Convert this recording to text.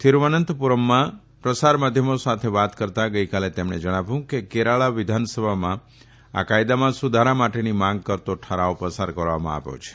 તીરુવંતપૂરમમાં પ્રસાર માધ્યમો સાથે વાત કરતાં ગઇકાલે તેમણે જણાવ્યું કે કેરાલા વિધાનસભામાં આ કાયદામાં સુધારા માટેની માંગ કરતો ઠરાવ પસાર કરવામાં આવ્યો છે